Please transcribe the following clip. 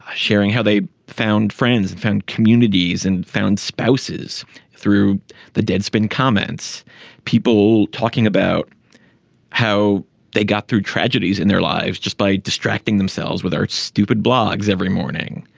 ah sharing how they found friends and communities and found spouses through the deadspin comments people talking about how they got through tragedies in their lives just by distracting themselves with their stupid blogs every morning.